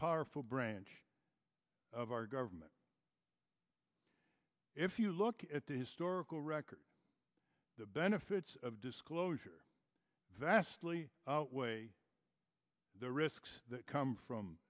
powerful branch of our government if you look at the historical record the benefits of disclosure that astley the risks that come from